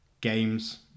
Games